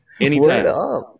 anytime